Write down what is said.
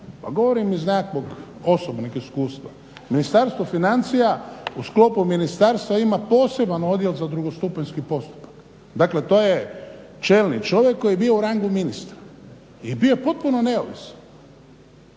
Pa govorim iz nekakvog osobnog iskustva. Ministarstvo financija u sklopu ministarstva ima poseban odjel za drugostupanjski postupak. Dakle, to je čelni čovjek koji je bio u rangu ministra i bio je potpuno neovisan